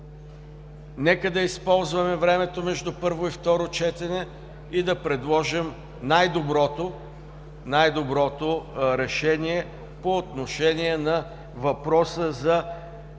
нека да използваме времето между първо и второ четене и да предложим най-доброто решение по отношение на въпроса за едно